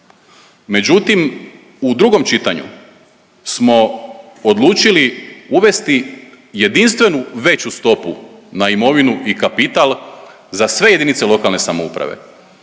Međutim u drugom čitanju smo odlučili uvesti jedinstvenu veću stopu na imovinu i kapital za sve JLS. Time de facto one